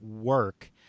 work